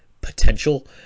potential